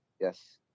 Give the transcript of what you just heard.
yes